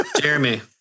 Jeremy